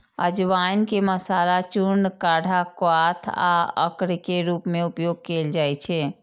अजवाइन के मसाला, चूर्ण, काढ़ा, क्वाथ आ अर्क के रूप मे उपयोग कैल जाइ छै